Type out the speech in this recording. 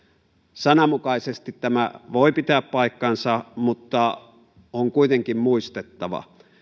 sananmukaisesti tämä voi pitää paikkansa mutta on kuitenkin muistettava